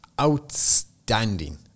outstanding